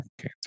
Okay